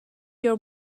your